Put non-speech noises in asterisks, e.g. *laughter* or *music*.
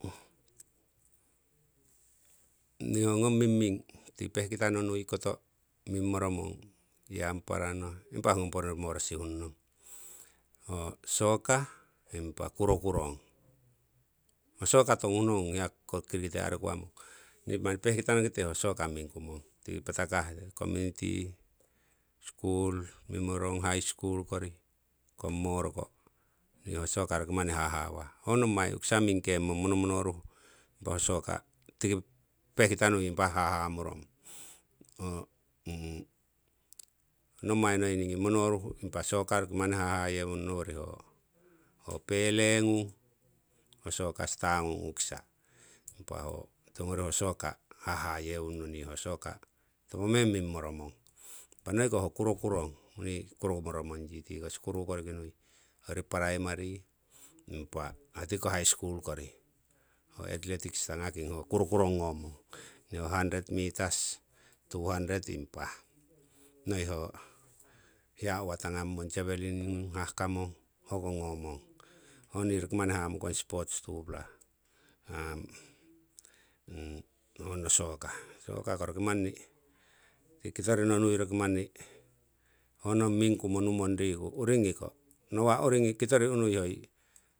Nii ho ngong mingming tii pehkita nui koto iyamparano, impa hongoponori moro sihung nong ho soccer, impa kurokurong. Ho soccer tonguhnong ong hiya kirikiti arikua mong. Nii manni pehkita nokite ho soccer mingkumong tii patakah tii kominity skul, mingmorong high school kori, komimoroko nii ho soccer manni hahawah. Ho nommai u'kisa mingkeng mong pehkita nui impa hahamurong. *hesitation* Nommai nei ho monoruh ho soccer roki manni hayewun nong nowori ho pele ngung, ho soccer star ngung u'kisa, impa tiwongori ho soccer hayewung nong, nii ho soccer topo meng mingmoro mong. Impa noiko ho kurokurong ni kuromoro mong tiko skul koriki nui hoyori primary impa tikiko high school kori, ho althletics tangamong, ho kurokurong, ho hundred metres, two hundred metres. Impa noi ho uwa tangamong, javelin ngung hahkamong, hoko ngomong ho ni roki mani hamukong sports tupla *hesitation* honno soccer, soccer kako roki manni ho nong mingkumo numong riku. Uringi ko nawa' uringi kitori unui hoi.